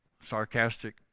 sarcastic